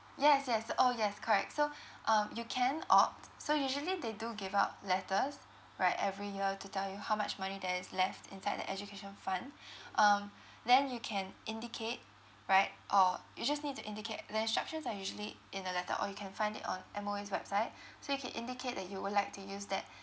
yes yes orh yes correct so um you can opt so usually they do give out letters right every year to tell you how much money there is left inside the education fund um then you can indicate right or you just need to indicate the instructions are usually in the letter or you can find it on M_O_E's website so you can indicate that you would like to use that